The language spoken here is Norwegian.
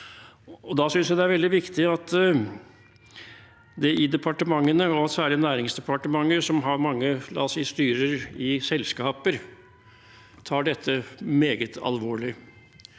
Da synes jeg det er veldig viktig at det i departementene – og særlig i Næringsdepartementet, som har mange styrer i selskaper – tar dette meget alvorlig.